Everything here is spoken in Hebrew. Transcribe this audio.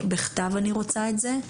בכתב אני רוצה את זה.